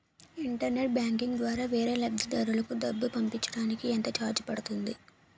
Internet banking ద్వారా వేరే లబ్ధిదారులకు డబ్బులు పంపించటానికి ఎంత ఛార్జ్ పడుతుంది?